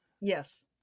Yes